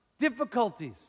difficulties